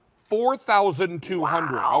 four thousand two hundred.